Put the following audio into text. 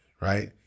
right